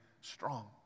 strong